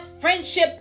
friendship